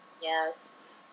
Yes